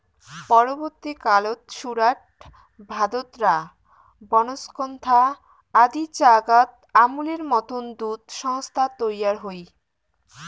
পরবর্তী কালত সুরাট, ভাদোদরা, বনস্কন্থা আদি জাগাত আমূলের মতন দুধ সংস্থা তৈয়ার হই